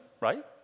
right